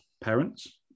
parents